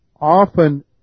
often